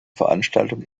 veranstaltung